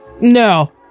No